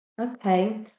Okay